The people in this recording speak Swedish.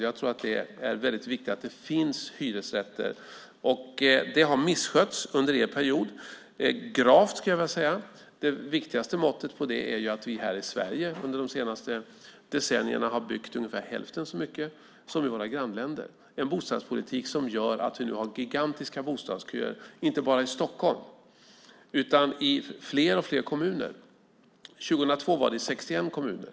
Jag tror att det är viktigt att det finns hyresrätter. Det har misskötts gravt under er period. Det viktigaste måttet på det är att vi här i Sverige under de senaste decennierna har byggt ungefär hälften så mycket som i våra grannländer. Det var en bostadspolitik som nu gör att vi har gigantiska bostadsköer inte bara i Stockholm utan i fler och fler kommuner. År 2002 fanns det köer i 61 kommuner.